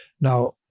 Now